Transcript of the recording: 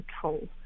control